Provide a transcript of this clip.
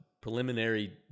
preliminary